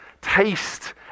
taste